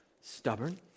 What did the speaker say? stubborn